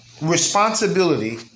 responsibility